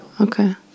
Okay